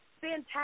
Fantastic